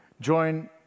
join